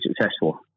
successful